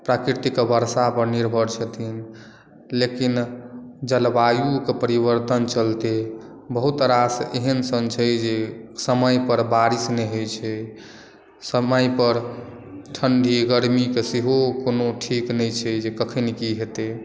प्राकृतिक बरसा पर निर्भर छथिन लेकिन जलवायु के परिवर्तन चलते बहुत रास एहन सन छै से समय पर बारिस नहि होइत छै समय पर ठंडी गर्मी के सेहो ठीक नहि छै जे कखन की हेतै